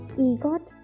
egot